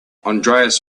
andreas